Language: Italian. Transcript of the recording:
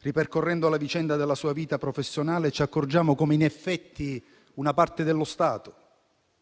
ripercorrendo la vicenda della sua vita professionale, ci accorgiamo come in effetti una parte dello Stato,